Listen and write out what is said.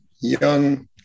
young